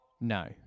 No